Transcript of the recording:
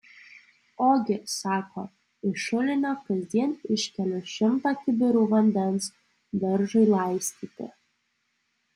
ogi sako iš šulinio kasdien iškeliu šimtą kibirų vandens daržui laistyti